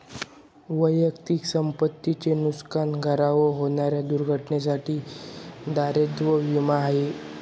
वैयक्तिक संपत्ती च नुकसान, घरावर होणाऱ्या दुर्घटनेंसाठी दायित्व विमा आहे